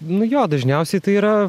nu jo dažniausiai tai yra